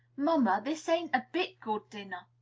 mamma, this ain't a bit good dinner.